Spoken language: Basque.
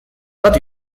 bat